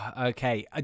Okay